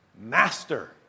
Master